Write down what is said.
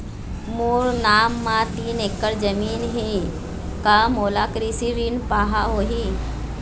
मोर नाम म तीन एकड़ जमीन ही का मोला कृषि ऋण पाहां होही?